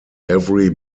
every